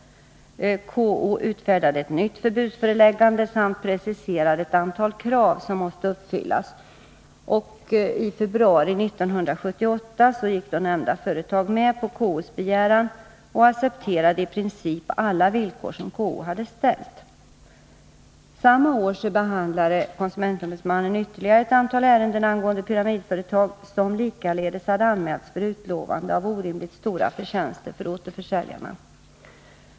KO Nr 49 utfärdade ett nytt förbudsföreläggande samt preciserade ett antal krav som måste uppfyllas. I februari 1978 gick nämnda företag med på KO:s begäran och accepterade i princip alla villkor som KO hade ställt. Samma år behandlade KO ytterligare ett antal ärenden angående pyramidföretag, som likaledes hade anmälts för utlovande av orimligt stora förtjänster för återförsäljarna.